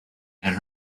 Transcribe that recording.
and